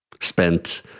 spent